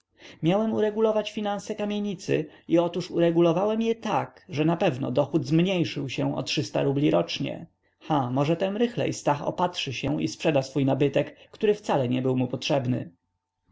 miałem uregulować finanse kamienicy i otóż uregulowałem je tak że napewno dochód zmniejszył się o trzysta rubli rocznie ha może temrychlej stach opatrzy się i sprzeda swój nabytek który wcale nie był mu potrzebny